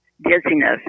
dizziness